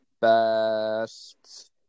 best